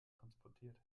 transportiert